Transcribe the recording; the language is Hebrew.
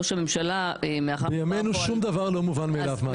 ראש הממשלה מאחר שמדובר פה על --- בימינו שום דבר לא מובן מאליו,